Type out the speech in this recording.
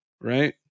Right